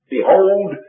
Behold